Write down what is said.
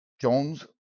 Jones